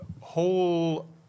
whole